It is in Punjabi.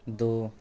ਦੋ